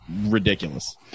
ridiculous